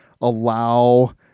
allow